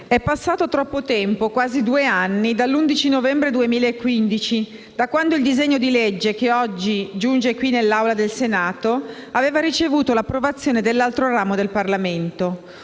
è passato troppo tempo - quasi due anni, dall'11 novembre 2015 - da quando il disegno di legge che oggi giunge qui nell'Aula del Senato ha ricevuto l'approvazione dell'altro ramo del Parlamento;